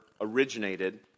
originated